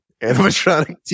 Animatronic